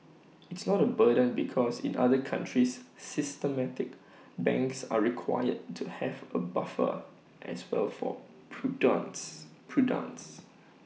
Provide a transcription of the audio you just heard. it's not A burden because in other countries systemic banks are required to have A buffer as well for prudence prudence